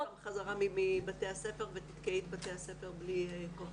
--- אבל תחזירי אותם חזרה מבתי הספר ותתקעי את בתי הספר בלי כוח אדם.